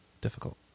difficult